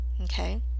okay